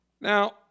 Now